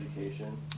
education